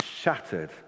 shattered